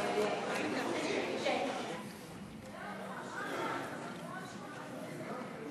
(היוועדות חזותית) (הוראת שעה),